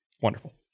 Wonderful